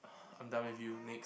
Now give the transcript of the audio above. I'm done with you next